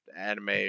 anime